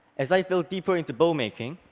as i fell deeper into bow making,